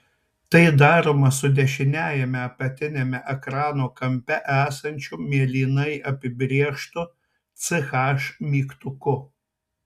tai daroma su dešiniajame apatiniame ekrano kampe esančiu mėlynai apibrėžtu ch mygtuku